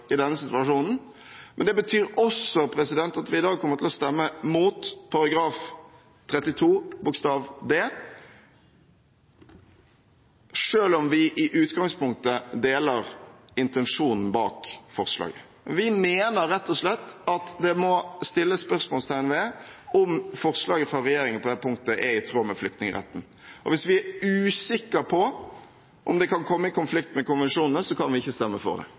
i denne situasjonen, men det betyr også at vi i dag kommer til å stemme imot endringer i § 32 første ledd bokstav d, selv om vi i utgangspunktet deler intensjonen bak forslaget. Vi mener rett og slett at det må settes spørsmålstegn ved om forslaget fra regjeringen på det punktet er i tråd med flyktningretten. Hvis vi er usikker på om det kan komme i konflikt med konvensjonene, kan vi ikke stemme for det.